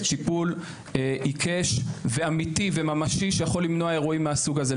טיפול עיקש ואמיתי וממשי שיכול למנוע אירועים מהסוג הזה.